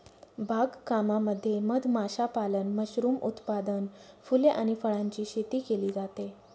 बाग कामामध्ये मध माशापालन, मशरूम उत्पादन, फुले आणि फळांची शेती केली जाते